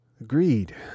Agreed